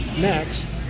Next